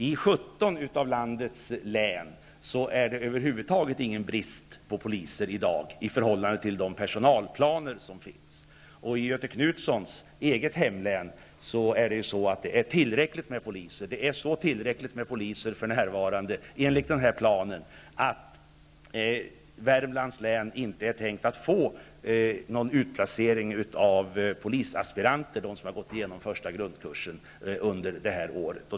I 17 av landets län är det över huvud taget ingen brist på poliser i dag i förhållande till de personalplaner som finns. I Göthe Knutsons eget hemlän, Värmland, är det tillräckligt med poliser, så till den grad att det inte är tänkt att till Värmlands län placera polisaspiranter, alltså sådana som gått igenom den första grundkursen under det här året.